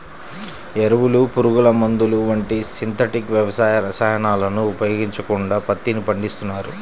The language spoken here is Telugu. ఎరువులు, పురుగుమందులు వంటి సింథటిక్ వ్యవసాయ రసాయనాలను ఉపయోగించకుండా పత్తిని పండిస్తున్నారు